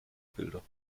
bilder